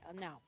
no